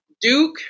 Duke